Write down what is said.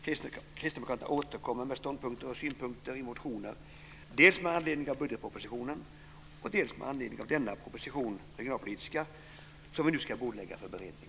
Kristdemokraterna återkommer med ståndpunkter och synpunkter i motioner dels med anledning av budgetpropositionen, dels med anledning av den regionalpolitiska proposition som vi nu ska bordlägga för beredning.